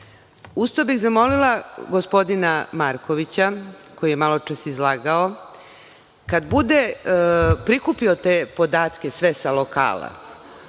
Uz to bih zamolila gospodina Markovića, koji je maločas izlagao, kad bude prikupio te sve podatke sa lokala